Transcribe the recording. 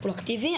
הטיפול האקטיבי.